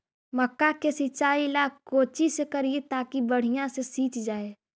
मक्का के सिंचाई ला कोची से करिए ताकी बढ़िया से सींच जाय?